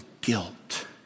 guilt